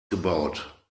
gebaut